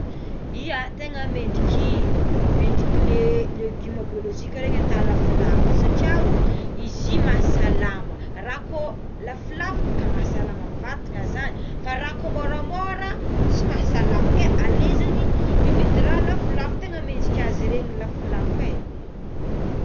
Ia tegna mendrika i mendrika le legioma biolozika regny atao lafolafo satria ao izy io mahasalama raha ko lafolafo bôka mahasalama vatana zany fa raha ko môramôra tsy mahasalama ke alé zagny mividy raha lafolafo tegna mendrika azy regny lafolafo é.